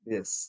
Yes